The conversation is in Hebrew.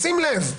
שים לב.